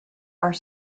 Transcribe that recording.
are